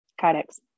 kydex